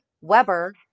Weber